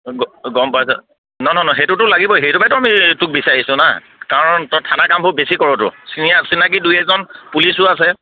গ'ম পাইছ নহয় নহয় সেইটোতো লাগিব সেইটোবাইতো আমি তোক বিচাৰিছোঁ না কাৰণ তই থানা কামবোৰ বেছি কৰতো চিনা চিনাকি দুই এজন পুলিচো আছে